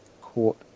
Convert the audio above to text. court